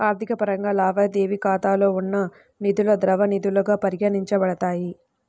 ఆర్థిక పరంగా, లావాదేవీ ఖాతాలో ఉన్న నిధులుద్రవ నిధులుగా పరిగణించబడతాయి